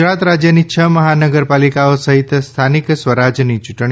ગુજરાત રાજ્યની છ મહાનગરપાલિકાઓ સહિત સ્થાનિક સ્વરાજની યૂંટણી